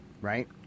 right